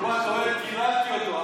הוא בא, טוען: קיללתי אותו.